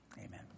amen